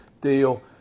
deal